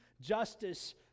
justice